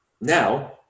Now